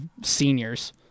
seniors